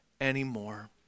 anymore